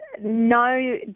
no